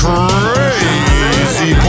Crazy